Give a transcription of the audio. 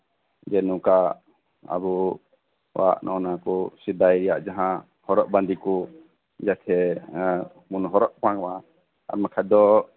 ᱡᱮ ᱱᱚᱠᱟ ᱟᱵᱚᱣᱟᱜ ᱱᱚᱜᱼᱚᱭ ᱱᱚᱣᱟ ᱠᱚ ᱥᱮᱫᱟᱭ ᱡᱟᱦᱟᱸ ᱦᱚᱨᱚᱜ ᱵᱟᱸᱫᱮ ᱠᱚ ᱡᱟᱛᱮ ᱵᱚᱱ ᱦᱚᱨᱚᱜ ᱵᱟᱸᱫᱮ ᱢᱟ ᱟᱨ ᱵᱟᱠᱷᱟᱡ ᱫᱚ